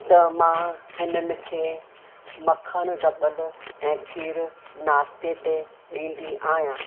त मां हिननि खे मखण डबल ऐं खीरु नास्ते ते ॾींदी आहियां